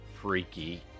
freaky